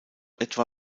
etwa